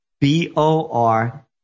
B-O-R